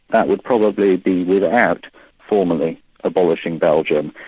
that would probably be without formally abolishing belgium,